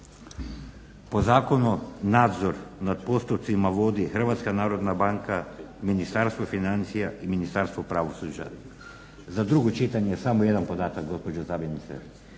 Po zakonu nadzor nad postotcima vodi Hrvatska narodna banka, Ministarstvo financija i Ministarstvo pravosuđa. Za drugo čitanje samo jedan podataka, gospođo zamjenice,